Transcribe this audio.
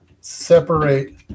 separate